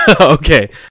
okay